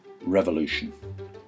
Revolution